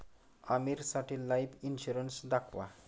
आमीरसाठी life insurance दाखवा